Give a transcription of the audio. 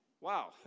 Wow